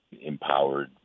empowered